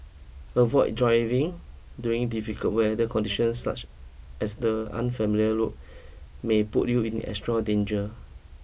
avoid driving during difficult weather conditions such as the unfamiliar road may put you in extra danger